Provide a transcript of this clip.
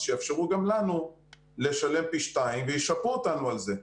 אז שיאפשרו גם לנו לשלם פי שניים וישפו אותנו על זה.